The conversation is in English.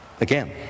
Again